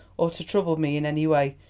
or to trouble me in any way.